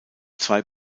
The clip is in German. zwei